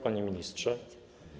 Panie Ministrze!